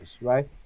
right